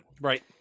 Right